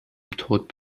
tod